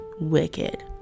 wicked